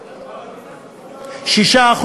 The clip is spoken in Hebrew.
6%,